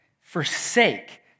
forsake